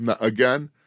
again